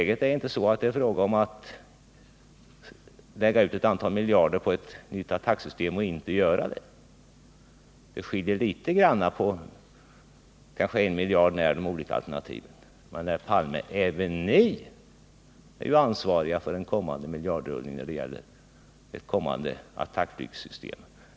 Det är ju inte fråga om att lägga ut ett antal miljarder på ett nytt attackflygssystem och inte genomföra projektet. Beloppen i de olika alternativen skiljer sig kanske med en miljard kronor från varandra. Men även det socialdemokratiska partiet, Olof Palme, är ansvarigt för den kommande miljardrullningen på ett nytt attackflygssystem.